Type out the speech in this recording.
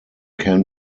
can